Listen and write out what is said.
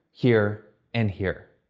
here, and here.